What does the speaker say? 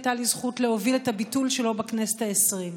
הייתה לי הזכות להוביל את הביטול שלו בכנסת העשרים.